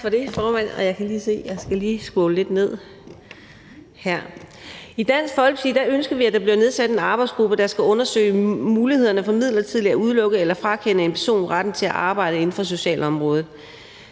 I Dansk Folkeparti ønsker vi, at der bliver nedsat en arbejdsgruppe, der skal undersøge mulighederne for midlertidigt at udelukke eller frakende en person retten til at arbejde inden for socialområdet.